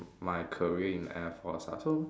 my career in air force ah so